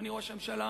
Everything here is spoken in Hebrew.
אדוני ראש הממשלה,